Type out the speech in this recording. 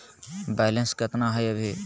Balance केतना हय अभी?